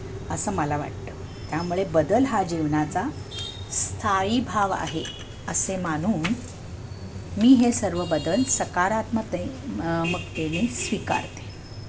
असं मला वाटतं त्यामुळे बदल हा जीवनाचा स्थायी भाव आहे असे मानून मी हे सर्व बदल सकारात्मकतेने स्वीकारते